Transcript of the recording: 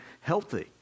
healthy